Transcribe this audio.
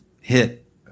hit